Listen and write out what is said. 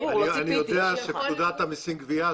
אני יודע שפקודת המיסים גבייה,